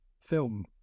film